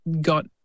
got